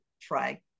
try